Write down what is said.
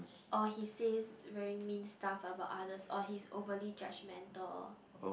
or he says very mean stuff about others or he's overly judgemental